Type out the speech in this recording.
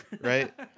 right